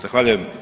Zahvaljujem.